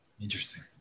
Interesting